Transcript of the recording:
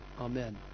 Amen